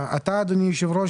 אתה אדוני יושב הראש,